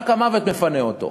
רק המוות מפנה אותו.